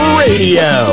radio